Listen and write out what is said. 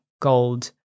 gold